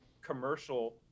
commercial